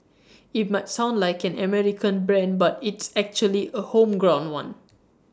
IT might sound like an American brand but it's actually A homegrown one